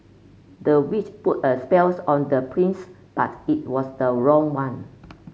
the witch put a spells on the prince but it was the wrong one